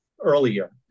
earlier